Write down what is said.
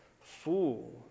Fool